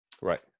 Right